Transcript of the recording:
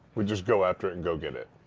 we just go after it and go get it.